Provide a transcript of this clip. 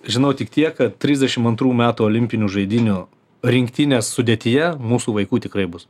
žinau tik tiek kad trisdešim antrų metų olimpinių žaidynių rinktinės sudėtyje mūsų vaikų tikrai bus